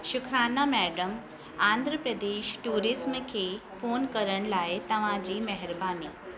शुक्राना madam Andhra Pradesh tourism खे phone करण लाइ तव्हांजी महिरबानी